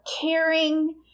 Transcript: caring